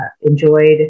enjoyed